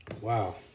Wow